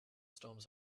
storms